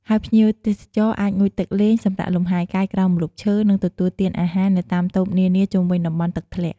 ហើយភ្ញៀវទេសចរអាចងូតទឹកលេង សម្រាកលំហែកាយក្រោមម្លប់ឈើ និងទទួលទានអាហារនៅតាមតូបនានាជុំវិញតំបន់ទឹកធ្លាក់។